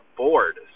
bored